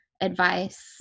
advice